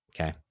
okay